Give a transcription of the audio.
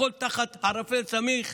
הכול תחת ערפל סמיך,